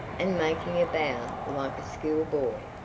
and making a bow like a school-boy.